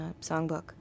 Songbook